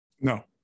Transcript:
no